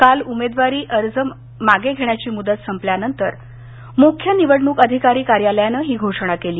काल उमेदवारी मागे घेण्याची मुदत संपल्यानंतर मुख्य निवडणुक अधिकारी कार्यालयानं ही घोषणा केली